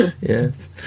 Yes